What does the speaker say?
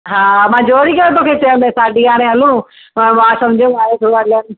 हा हा मां जोरी करे तोखे चयो माएं भई साॾी यारहं हलूं पर मां समझी वियमि हाणे